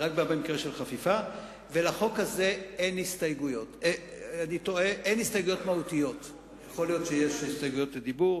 לחוק הזה אין הסתייגויות, אין הסתייגויות מהותיות,